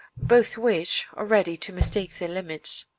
both which are ready to mistake their limits.